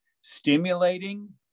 stimulating